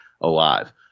alive